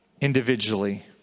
individually